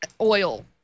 oil